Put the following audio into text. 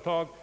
fört.